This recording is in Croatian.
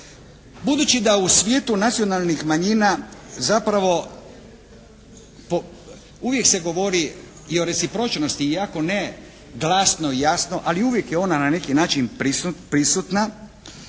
Budući da u svijetu nacionalnih manjina zapravo, uvijek se govori i o recipročnosti iako ne glasno i jasno, ali uvijek je ona na neki način prisutna.